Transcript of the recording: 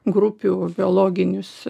grupių biologinius